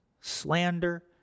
slander